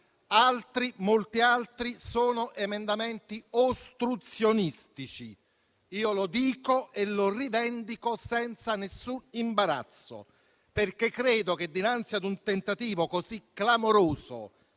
molti altri, sono ostruzionistici. Lo dico e lo rivendico senza nessun imbarazzo, perché credo che, dinanzi a un tentativo così clamoroso